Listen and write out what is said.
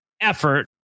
effort